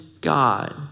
God